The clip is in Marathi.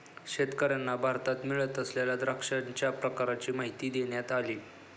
शेतकर्यांना भारतात मिळत असलेल्या द्राक्षांच्या प्रकारांची माहिती देण्यात आली